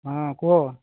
ହଁ କୁହ